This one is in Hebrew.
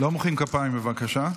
לא מוחאים כפיים, בבקשה.